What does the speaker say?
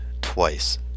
twice